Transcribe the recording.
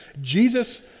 Jesus